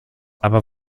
aber